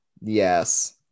Yes